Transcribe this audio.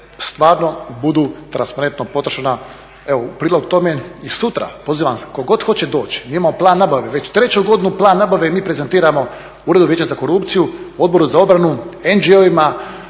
stvarno budu transparentno potrošena. U prilog tome i sutra pozivam tko god hoće doći, mi imamo plan nabave, već treću godinu plan nabave mi prezentiramo … za korupciju, Odboru za obranu, …,